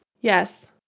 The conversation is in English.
Yes